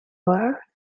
were